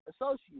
associate